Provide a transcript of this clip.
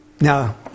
Now